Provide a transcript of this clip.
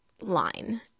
line